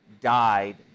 died